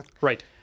Right